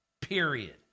Period